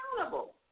accountable